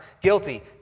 guilty